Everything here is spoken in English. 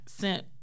sent